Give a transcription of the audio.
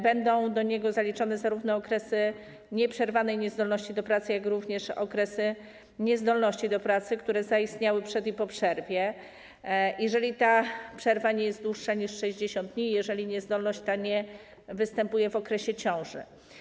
Będą do niego zaliczone zarówno okresy nieprzerwanej niezdolności do pracy, jak również okresy niezdolności do pracy, które zaistniały przed przerwą i po przerwie, jeżeli ta przerwa nie jest dłuższa niż 60 dni i jeżeli niezdolność nie występuje w okresie ciąży.